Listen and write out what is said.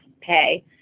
pay